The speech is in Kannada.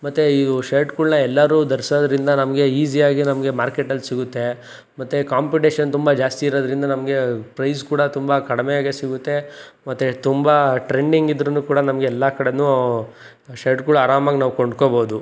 ಮತ್ತೆ ಈ ಶರ್ಟ್ಗಳನ್ನ ಎಲ್ಲರೂ ಧರಿಸೋದ್ರಿಂದ ನಮಗೆ ಈಜಿಯಾಗಿ ನಮಗೆ ಮಾರ್ಕೆಟಲ್ಲಿ ಸಿಗುತ್ತೆ ಮತ್ತೆ ಕಾಂಪಿಟೇಷನ್ ತುಂಬ ಜಾಸ್ತಿ ಇರೋದ್ರಿಂದ ನಮಗೆ ಪ್ರೈಜ್ ಕೂಡ ತುಂಬ ಕಡಿಮೆಯಾಗೆ ಸಿಗುತ್ತೆ ಮತ್ತೆ ತುಂಬ ಟ್ರೆಂಡಿಂಗ್ ಇದ್ರೂ ಕೂಡ ನಮಗೆ ಎಲ್ಲ ಕಡೆಯೂ ಶರ್ಟ್ಗಳು ಆರಾಮಾಗಿ ನಾವು ಕೊಂಡ್ಕೊಳ್ಬಹುದು